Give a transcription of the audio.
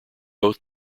both